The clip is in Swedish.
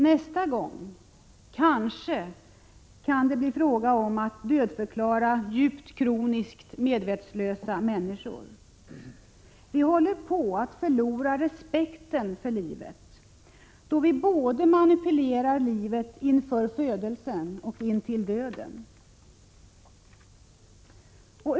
Nästa gång kan det kanske bli fråga om att dödförklara kroniskt djupt medvetslösa människor. Vi håller på att förlora respekten för livet då vi både manipulerar livet inför födelsen och intill döden.